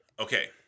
Okay